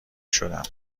شدم